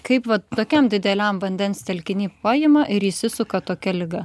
kaip vat tokiam dideliam vandens telkiny paima ir įsisuka tokia liga